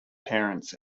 parents